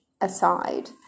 Aside